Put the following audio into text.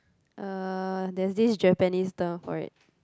uh there's this Japanese term for it